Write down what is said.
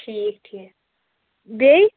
ٹھیٖک ٹھیٖک بیٚیہِ